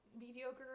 mediocre